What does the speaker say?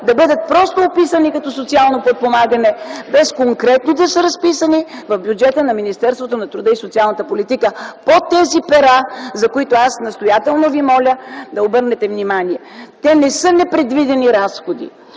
да бъдат описани като социално подпомагане, без да са разписани конкретно в бюджета на Министерството на труда и социалната политика по тези пера, за които аз настоятелно ви моля да обърнете внимание. Те не са непредвидени разходи.